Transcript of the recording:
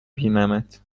بینمت